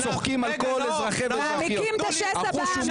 אתם צוחקים על כל אזרחי --- מעמיקים את השסע בעם,